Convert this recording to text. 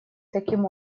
таким